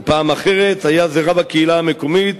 ופעם אחרת היה זה רב הקהילה המקומית